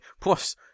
Plus